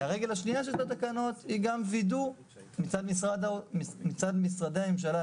הרגל השנייה של התקנות היא גם וידוא מצד משרדי הממשלה,